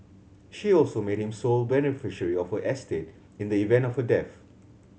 she also made him sole beneficiary of her estate in the event of her death